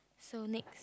so next